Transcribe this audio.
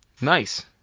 Nice